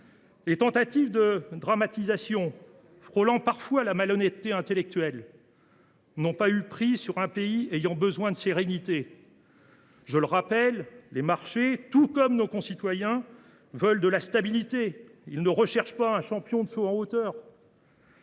Les tentatives de dramatisation, frôlant parfois la malhonnêteté intellectuelle, n’ont pas eu prise sur un pays ayant besoin de sérénité. Je le rappelle, les marchés, tout comme nos concitoyens, veulent de la stabilité. Ils ne cherchent pas un champion de saut en hauteur…